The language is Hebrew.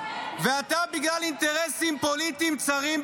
בגלל אינטרסים פוליטיים צרים,